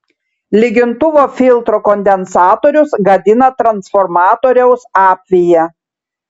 lygintuvo filtro kondensatorius gadina transformatoriaus apviją